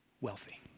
wealthy